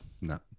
no